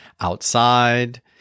outside